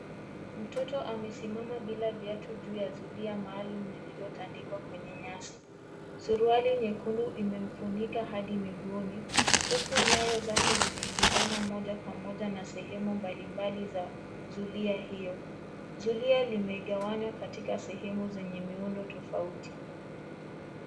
Mtoto amesimama bila viatu bila juu ya zulia maalum lililotandikwa kwenye nyasi. Suruali nyekundu imemfunika hadi miguuni. Huku nyayo zake zikigusana moja kwa moja na sehemu mbali mbali za zulia hiyo. Zulia limegawanywa katika sehemu zenye miundo tofauti.